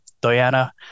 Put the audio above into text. Diana